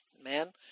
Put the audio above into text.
Amen